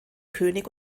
könig